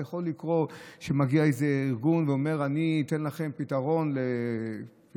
יכול לקרות שמגיע איזה ארגון ואומר: אני אתן לכם פתרון כזה,